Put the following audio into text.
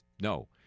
No